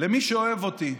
למי שאוהב אותי,